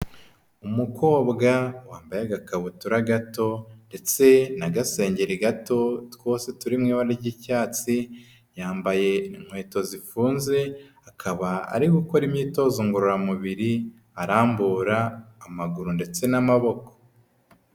Umukobwa wambaye agakabutura gato ndetse n'agasengeri gato, twose turi mu ibara ry'icyatsi yambaye inkweto zifunze akaba ari gukora imyitozo ngororamubiri arambura amaguru ndetse n'amaboko.